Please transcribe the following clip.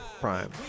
prime